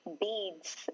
beads